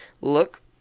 Look